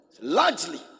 Largely